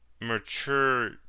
mature